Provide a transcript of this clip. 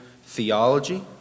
Theology